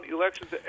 elections